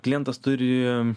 klientas turi